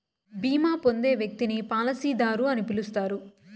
బీమా పొందే వ్యక్తిని పాలసీదారు అని పిలుస్తారు